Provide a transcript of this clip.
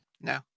No